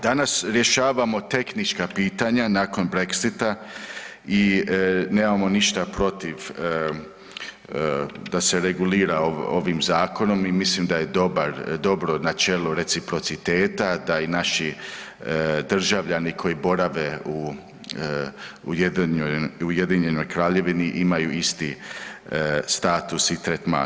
Danas rješavamo tehnička pitanja nakon Brexita i nemamo ništa protiv da se reguilira ovim zakonom i mislim da je dobar, dobro načelo reciprociteta, da i naši državljani koji borave u Ujedinjenoj Kraljevini imaju isti status i tretman.